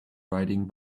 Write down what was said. riding